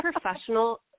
professional